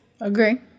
Agree